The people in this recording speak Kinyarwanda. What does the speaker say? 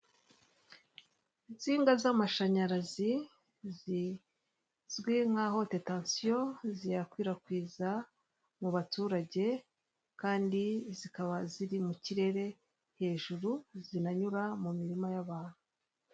Insinga z'amashanyarazi zizwi nka hote tansiyo ziyakwirakwiza mu baturage, kandi zikaba ziri mu kirere hejuru, zinanyura mu mirima y'abantu.